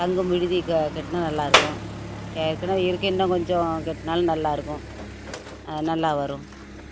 தங்கும் விடுதி க கட்டினா நல்லாயிருக்கும் ஏற்கனவே இருக்குது இன்னும் கொஞ்சம் கெட்டினாலும் நல்லாயிருக்கும் அது நல்லா வரும்